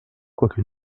quoique